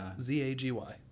z-a-g-y